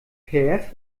perth